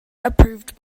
approved